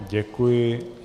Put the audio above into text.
Děkuji.